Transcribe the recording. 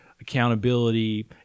accountability